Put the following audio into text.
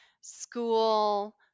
school